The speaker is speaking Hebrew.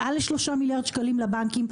מעל ל-3 מיליארד שקלים לבנקים,